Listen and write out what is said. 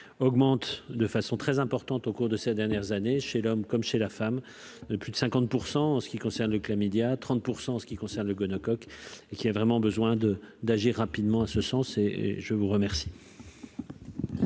augmentent de façon très importante au cours de ces dernières années chez l'homme comme chez la femme de plus de 50 % en ce qui concerne le chlamydia 30 % en ce qui concerne le gonocoque, et qui a vraiment besoin de d'agir rapidement à ce sens et je vous remercie.